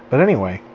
but anyway.